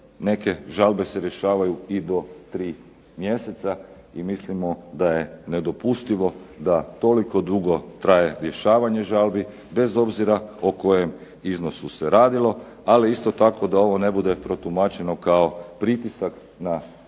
neke žalbe se rješavaju i do tri mjeseca i mislimo da je nedopustivo da toliko dugo traje rješavanje žalbi bez obzira o kojem iznosu se radilo. Ali isto tako da ovo ne bude protumačeno kao pritisak na Državnu